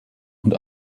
und